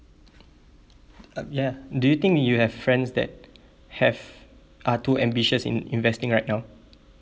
uh ya do you think you have friends that have are too ambitious in investing right now